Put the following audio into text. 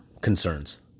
concerns